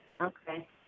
Okay